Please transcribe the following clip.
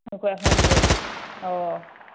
ꯑꯩꯈꯣꯏ ꯑꯍꯨꯝ ꯑꯣꯏ ꯑꯣ ꯑꯣ